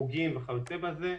בין אם זה חוגים וכיוצא בזה,